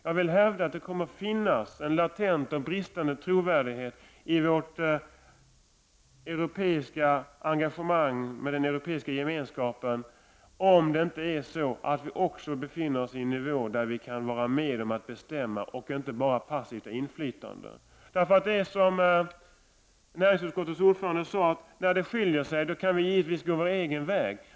Jag vill hävda att det kommer att finnas en latent bristande trovärdighet i vårt engagemang i förhållande till den Europeiska gemenskapen, om vi inte också befinner oss på en nivå där vi kan vara med och bestämma och inte bara har passivt inflytande. Näringsutskottets ordförande sade att när åsikterna skiljer sig kan vi givetvis gå vår egen väg.